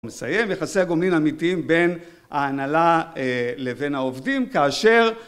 מסיים יחסי הגומלין האמיתיים בין ההנהלה לבין העובדים כאשר